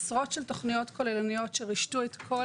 עשרות של תכניות כוללניות שרישתו את כל